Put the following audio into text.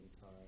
time